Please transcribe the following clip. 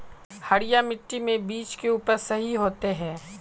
हरिया मिट्टी में बीज के उपज सही होते है?